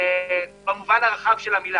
במובן הרחב של המילה,